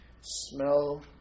Smell